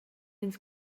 ins